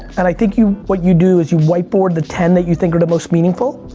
and i think you, what you do is you white board the ten that you think are the most meaningful,